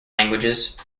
languages